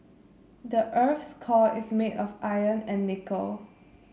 the earth's core is made of iron and nickel